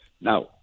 Now